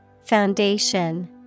Foundation